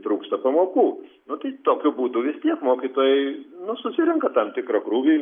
trūksta pamokų nu tai tokiu būdu vis tiek mokytojai nu susirenka tam tikrą krūvį